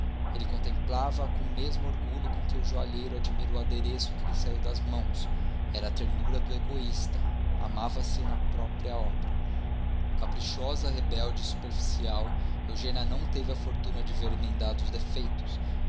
ele contemplava-a com o mesmo orgulho com que o joalheiro admira o adereço que lhe saiu das mãos era a ternura do egoísta amava se na própria obra caprichosa rebelde superficial eugênia não teve a fortuna de ver emendados os defeitos